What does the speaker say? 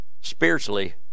spiritually